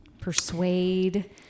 persuade